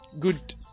Good